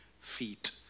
feet